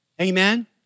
Amen